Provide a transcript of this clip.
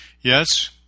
Yes